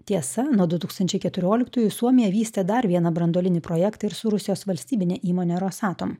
tiesa nuo du tūkstančiai keturioliktųjų suomija vystė dar vieną branduolinį projektą ir su rusijos valstybine įmone ros atom